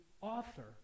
author